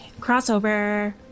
Crossover